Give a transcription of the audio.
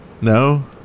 no